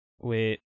Wait